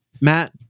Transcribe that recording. Matt